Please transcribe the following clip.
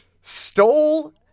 stole